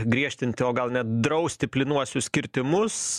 griežtinti o gal net drausti plynuosius kirtimus